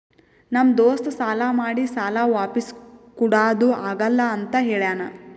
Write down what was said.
ನಮ್ ದೋಸ್ತ ಸಾಲಾ ಮಾಡಿ ಸಾಲಾ ವಾಪಿಸ್ ಕುಡಾದು ಆಗಲ್ಲ ಅಂತ ಹೇಳ್ಯಾನ್